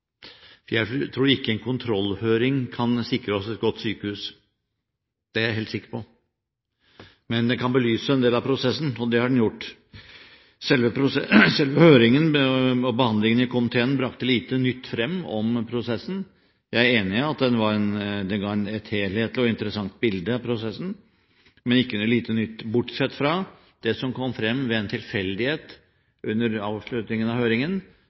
tror ikke en kontrollhøring kan sikre oss et godt sykehus. Det er jeg helt sikker på. Men den kan belyse en del av prosessen, og det har den gjort. Selve høringen og behandlingen i komiteen brakte lite nytt frem om prosessen. Jeg er enig i at den ga et helhetlig og interessant bilde av prosessen, men lite nytt, bortsett fra det som kom frem ved en tilfeldighet under avslutningen av høringen.